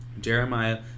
Jeremiah